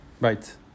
right